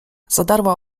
zadarła